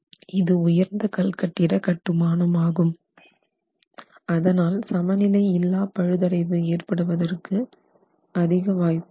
இது உயர்ந்த கல் கட்டிட கட்டுமானம் ஆகும் அதனால் சமநிலை இல்லா பழுதடைவு ஏற்படுவதற்கு அதிக வாய்ப்பு உண்டு